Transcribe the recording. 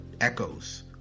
echoes